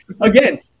again